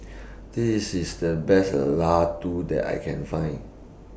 This IS The Best Ladoo that I Can Find